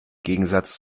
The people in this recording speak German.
gegensatz